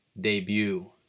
debut